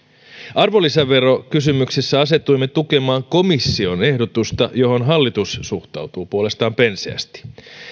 arvonlisäverokysymyksessä asetuimme tukemaan komission ehdotusta johon hallitus suhtautuu puolestaan penseästi